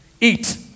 eat